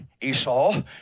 Esau